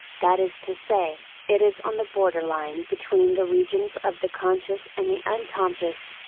that is to say, it is on the borderline between the regions of the conscious and the unconscious.